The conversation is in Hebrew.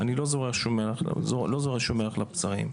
לאה, אני לא זורה שום מלח על הפצעים.